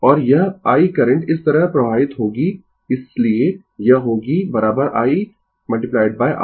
और यह I current इस तरह प्रवाहित होगी इसलिए यह होगी I R